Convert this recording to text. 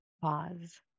pause